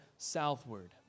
southward